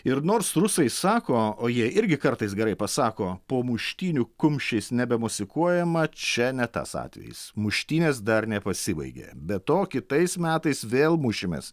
ir nors rusai sako o jie irgi kartais gerai pasako po muštynių kumščiais nebemosikuojama čia ne tas atvejis muštynės dar nepasibaigė be to kitais metais vėl mušimės